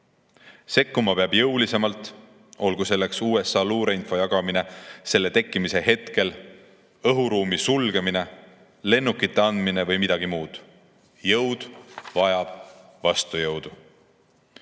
Sekkuma peab jõulisemalt, olgu selleks USA luureinfo jagamine selle tekkimise hetkel, õhuruumi sulgemine, lennukite andmine või midagi muud. Jõud vajab vastujõudu.